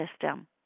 system